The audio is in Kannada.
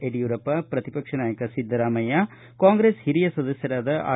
ಯಡಿಯೂರಪ್ಪ ಪ್ರತಿಪಕ್ಷ ನಾಯಕ ಸಿದ್ದರಾಮಯ್ಯ ಕಾಂಗ್ರೆಸ್ನ ಹಿರಿಯ ಸದಸ್ಯರಾದ ಆರ್